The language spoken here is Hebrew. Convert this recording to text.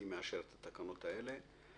אני מאשר את התקנות האלה.